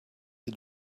les